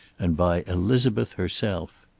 and by elizabeth herself.